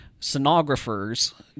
sonographers